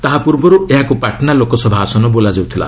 ତାହା ପୂର୍ବରୁ ଏହାକୁ ପାଟନା ଲୋକସଭା ଆସନ ବୋଲାଯାଉଥିଲା